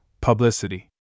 Publicity